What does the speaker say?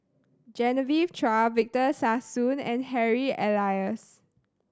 Genevieve Chua Victor Sassoon and Harry Elias